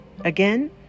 Again